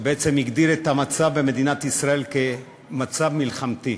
שהגדיר את המצב במדינת ישראל מצב מלחמתי.